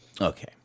okay